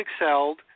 excelled